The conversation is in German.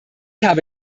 habe